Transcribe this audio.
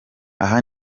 aha